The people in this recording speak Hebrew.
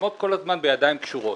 נלחמות כל הזמן בידיים קשורות.